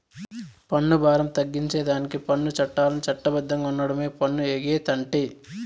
పన్ను బారం తగ్గించేదానికి పన్ను చట్టాల్ని చట్ట బద్ధంగా ఓండమే పన్ను ఎగేతంటే